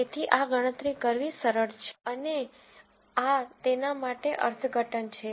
તેથી આ ગણતરી કરવી સરળ છે અને આ તેના માટે અર્થઘટન છે